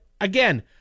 Again